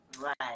right